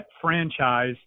franchise